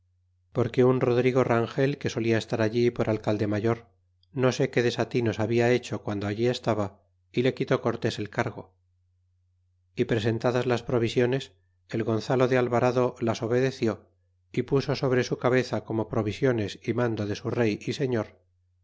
porque un rodrigo rangel que solia estar alli por alcalde mayor no sé qué desatinos habia hecho guando allí estaba y le quitó cortés el cargo y presentadas las provisiones el gonzalo de alvarado las obedeció y puso sobre su cabeza como provisiones y mando de su rey y señor